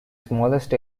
smallest